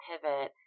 pivot